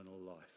life